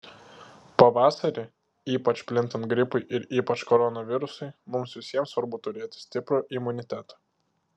pavasarį ypač plintant gripui ir ypač koronavirusui mums visiems svarbu turėti stiprų imunitetą